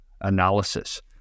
analysis